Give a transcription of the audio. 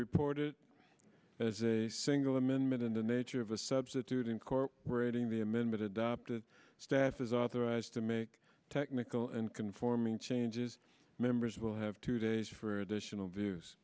reported as a single amendment in the nature of a substitute incorporating the amendment adopted staff is authorized to make technical and conforming changes members will have two days for additional views